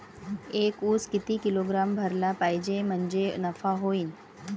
एक उस किती किलोग्रॅम भरला पाहिजे म्हणजे नफा होईन?